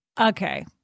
okay